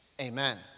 Amen